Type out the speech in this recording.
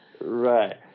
Right